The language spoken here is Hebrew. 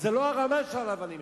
זו לא הרמה שעליה אני מדבר.